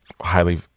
highly